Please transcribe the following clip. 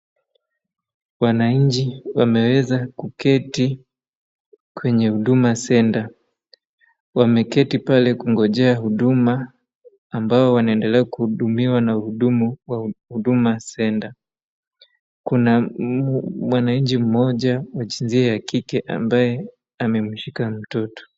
Wananchi wameweza kuketi kwenye Huduma Center. Wameketi pale kungojea huduma ambao wanaendelea kuhudumiwa na wahudumu wa Huduma Center. Kuna mwananchi mmoja wa jinsia ya kike ambaye amemshika mtoto.